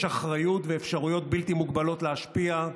לנבחרי הציבור במשכן הזה יש אחריות ואפשרויות בלתי מוגבלות להשפיע.